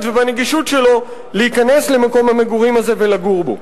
ובנגישות שלו להיכנס למקום המגורים הזה ולגור בו.